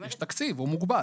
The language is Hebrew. יש תקציב, הוא מוגבל.